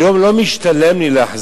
היום לא משתלם לי להחזיק,